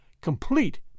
complete